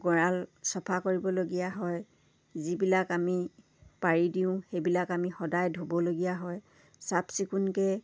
গঁড়াল চফা কৰিবলগীয়া হয় যিবিলাক আমি পাৰি দিওঁ সেইবিলাক আমি সদায় ধুবলগীয়া হয় চাফ চিকুণকৈ